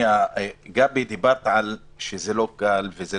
גבי, אמרת שזה לא קל ושזה